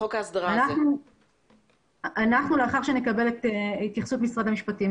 אנחנו חושבים שחייבים לאשר את התקנות היום.